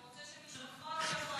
אתה רוצה שמשפחות יבואו.